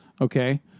okay